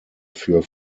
für